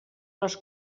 les